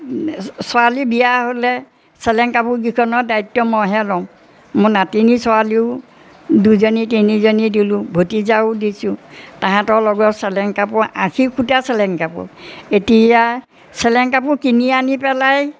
ছোৱালী বিয়া হ'লে চেলেং কাপোৰকেইখনৰ দায়িত্ব মইহে লওঁ মই নাতিনী ছোৱালীও দুজনী তিনিজনী দিলোঁ ভতিজাও দিছোঁ তাহাঁতৰ লগৰ চেলেং কাপোৰ আশী সূতাৰ চেলেং কাপোৰ এতিয়া চেলেং কাপোৰ কিনি আনি পেলাই